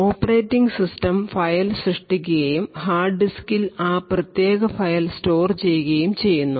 operating system file സൃഷ്ടിക്കുകയും hard ഡിസ്കിൽ ആ പ്രത്യേക ഫയൽ സ്റ്റോർ ചെയ്യുകയും ചെയ്യുന്നു